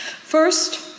First